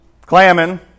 clamming